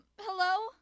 hello